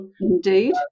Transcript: Indeed